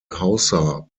hausa